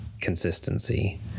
consistency